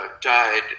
died